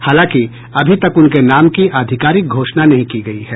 हालांकि अभी तक उनके नाम की आधिकारिक घोषणा नहीं की गयी है